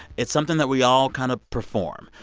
it's something that we all kind of perform.